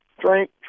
Drink